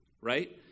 Right